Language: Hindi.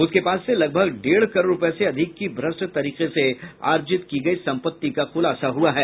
उसके पास से लगभग डेढ़ करोड़ रूपये से अधिक की भ्रष्ट तरीके से अर्जित की गयी संपत्ति का खुलासा हुआ है